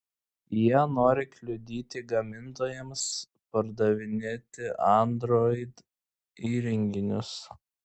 jie nori kliudyti gamintojams pardavinėti android įrenginius